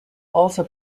also